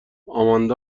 آماندا